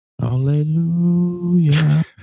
Hallelujah